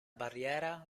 barriera